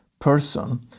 person